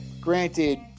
granted